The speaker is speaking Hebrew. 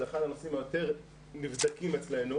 זה אחד הנושאים היותר נבדקים אצלנו.